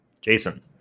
Jason